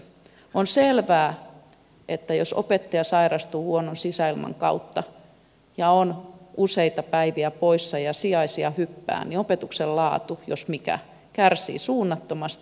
on selvää että jos opettaja sairastuu huonon sisäilman kautta ja on useita päiviä poissa ja sijaisia hyppää niin opetuksen laatu jos mikä kärsii suunnattomasti